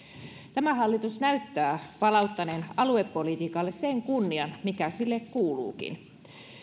tämä hallitus näyttää palauttaneen aluepolitiikalle sen kunnian mikä sille kuuluukin